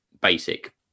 basic